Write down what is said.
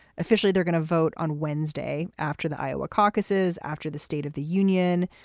officially. they're going to vote on wednesday after the iowa caucuses, after the state of the union.